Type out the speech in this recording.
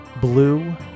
blue